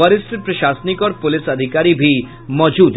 वरिष्ठ प्रशासनिक और पुलिस अधिकारी भी मौजूद रहे